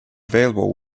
available